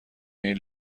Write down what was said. این